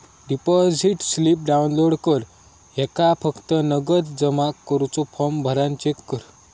deposit slip download कर ह्येका फक्त नगद जमा करुचो फॉर्म भरान चेक कर